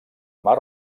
mar